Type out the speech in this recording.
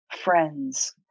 friends